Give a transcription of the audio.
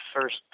first